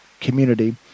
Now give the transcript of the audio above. community